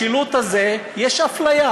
בשילוט הזה יש אפליה.